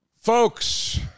Folks